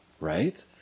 right